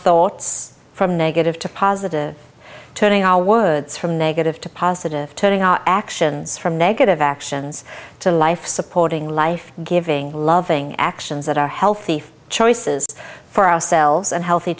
thoughts from negative to positive turning our words from negative to positive turning our actions from negative actions to life supporting life giving loving actions that are healthy choices for ourselves and healthy